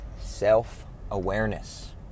self-awareness